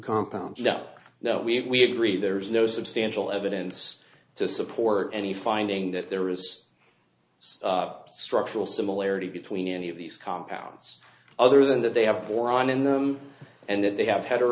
compounds now that we agree there is no substantial evidence to support any finding that there is structural similarity between any of these compounds other than that they have more on in them and that they have had